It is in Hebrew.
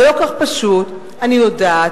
לפעמים כל כך קשה להסביר דברים.